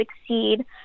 succeed